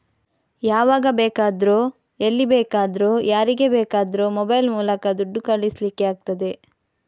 ಯಾವಾಗ ಬೇಕಾದ್ರೂ ಎಲ್ಲಿ ಬೇಕಾದ್ರೂ ಯಾರಿಗೆ ಬೇಕಾದ್ರೂ ಮೊಬೈಲ್ ಮೂಲಕ ದುಡ್ಡು ಕಳಿಸ್ಲಿಕ್ಕೆ ಆಗ್ತದೆ